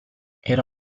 era